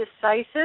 decisive